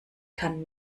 kann